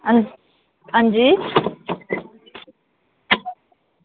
हं हांजी